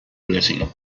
blessing